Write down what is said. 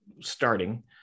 starting